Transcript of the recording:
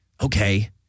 Okay